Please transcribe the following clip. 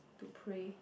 to pray